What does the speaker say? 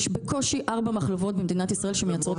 יש בקושי ארבע מחלבות במדינת ישראל שמייצרות מפוקחים.